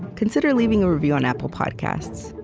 consider leaving a review on apple podcasts.